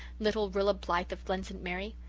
little rilla blythe of glen st. mary?